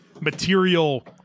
material –